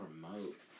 Promote